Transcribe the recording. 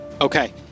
Okay